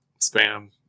spam